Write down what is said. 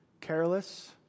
careless